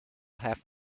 half